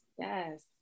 Yes